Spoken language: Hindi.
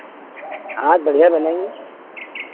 हाँ बढ़ियाँ बनेंगी